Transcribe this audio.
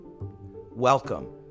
welcome